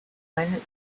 planet